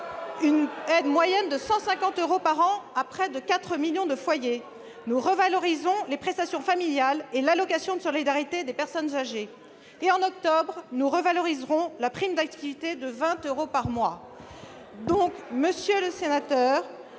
une aide moyenne de 150 euros par an à près de quatre millions de foyers. Nous revalorisons les prestations familiales et l'allocation de solidarité des personnes âgées. En octobre, nous revaloriserons la prime d'activité de 20 euros par mois. Monsieur le sénateur,